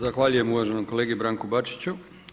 Zahvaljujem uvaženom kolegi Branku Bačiću.